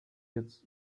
jetzt